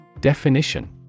Definition